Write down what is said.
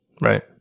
Right